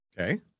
Okay